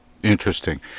Interesting